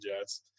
Jets